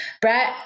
brett